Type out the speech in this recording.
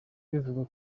bivugwa